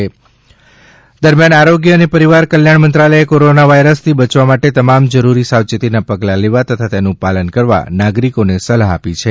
આરોગ્ય એડવાયઝરી આરોગ્ય અને પરિવાર કલ્યાણ મંત્રાલયે કોરોના વાયરસથી બચવા માટે તમામ જરૂરી સાવચેતીના પગલાં લેવા તથા તેનું પાલન કરવા નાગરિકોને સલાહ આપી છે